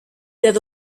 ser